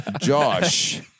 Josh